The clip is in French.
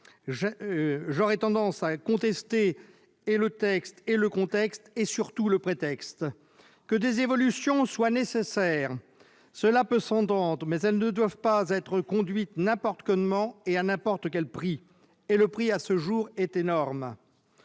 j'aurais tendance à contester le texte, le contexte et, surtout, le prétexte ! Que des évolutions soient nécessaires, cela peut s'entendre, mais elles ne doivent pas être conduites n'importe comment et à n'importe quel prix. Or le prix, à ce jour, est énorme